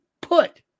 put